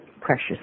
precious